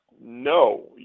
No